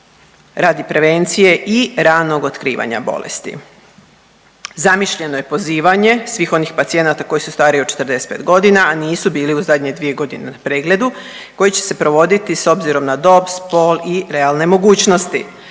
radi prevencije i ranog otkrivanja bolesti. Zamišljeno je pozivanje svih onih pacijenata koji su stariji od 45 godina, a nisu bili u zadnje 2 godine na pregledu koji će se provoditi s obzirom na dob, spol i realne mogućnosti.